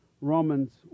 Romans